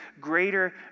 greater